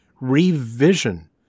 revision